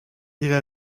ihre